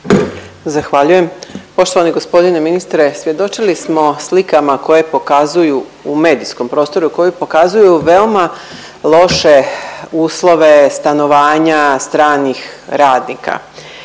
Zahvaljujem. Poštovani g. ministre. Svjedočili smo slikama koje pokazuju u medijskom prostoru koje pokazuju veoma loše uslove stanovanja stranih radnika.